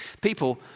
People